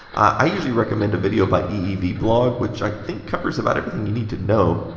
i usually recommend a video by eevblog, which i think covers about everything you need to know.